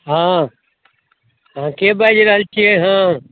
हँ अहाँके बाजि रहल छियै हँ